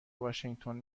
واشینگتن